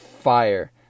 fire